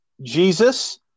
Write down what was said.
Jesus